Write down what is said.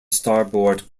starboard